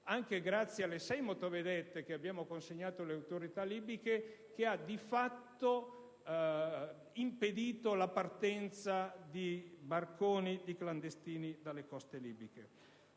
anche grazie alle sei motovedette che noi abbiamo consegnato loro, il che ha di fatto impedito la partenza di barconi di clandestini dalle coste libiche.